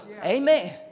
Amen